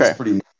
okay